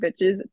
bitches